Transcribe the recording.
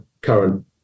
current